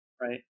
right